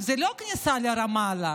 זה לא הכניסה לרמאללה.